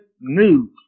news